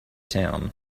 town